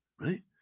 Right